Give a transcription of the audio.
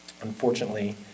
Unfortunately